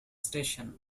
station